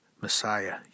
Messiah